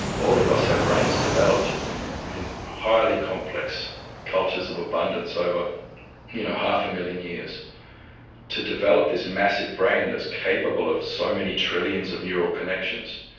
all of us, our brains developed within highly complex cultures of abundance over you know half a million years to develop this massive brain that's capable of so many trillions of neural connections.